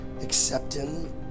accepting